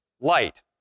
light